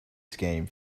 scheme